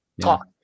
talk